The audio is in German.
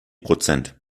prozent